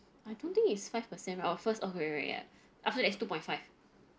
I don't think it's five percent of first oh right right ya after that it's two point five